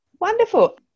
Wonderful